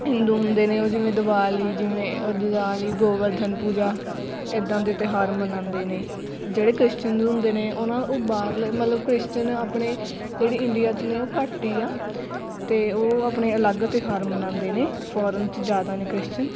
ਹਿੰਦੂ ਹੁੰਦੇ ਨੇ ਉਹ ਜਿਵੇਂ ਦਿਵਾਲੀ ਜਿਵੇਂ ਅ ਦਿਵਾਲੀ ਗੋਵਰਧਨ ਪੂਜਾ ਇੱਦਾਂ ਦੇ ਤਿਉਹਾਰ ਮਨਾਉਂਦੇ ਨੇ ਜਿਹੜੇ ਕ੍ਰਿਸ਼ਚਨ ਹੁੰਦੇ ਨੇ ਉਹਨਾਂ ਉਹ ਬਾਹਰਲੇ ਮਤਲਬ ਕ੍ਰਿਸ਼ਚਨ ਆਪਣੇ ਜਿਹੜੇ ਇੰਡੀਆ 'ਚ ਨੇ ਉਹ ਘੱਟ ਹੀ ਆ ਅਤੇ ਉਹ ਆਪਣੇ ਅਲੱਗ ਤਿਉਹਾਰ ਮਨਾਉਂਦੇ ਨੇ ਫੋਰਨ 'ਚ ਜ਼ਿਆਦਾ ਨੇ ਕ੍ਰਿਸ਼ਚਨ